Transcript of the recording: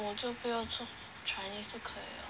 我就不要吃 chinese 就可以了